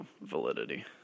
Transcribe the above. validity